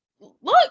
look